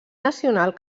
nacional